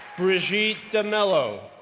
brigitte demelo,